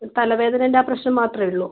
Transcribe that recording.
തലവേദനേൻ്റെ പ്രശ്നം മാത്രമെ ഉള്ളു